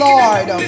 Lord